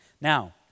Now